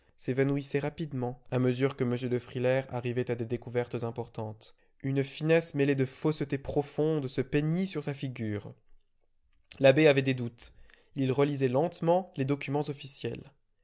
s'évanouissait rapidement à mesure que m de frilair arrivait à des découvertes importantes une finesse mêlée de fausseté profonde se peignit sur sa figure l'abbé avait des doutes il relisait lentement les documents officiels